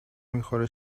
میخوره